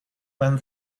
when